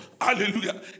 Hallelujah